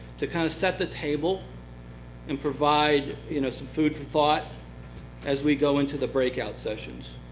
to kind of set the table and provide you know some food for thought as we go into the breakout sessions